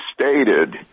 stated